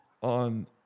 on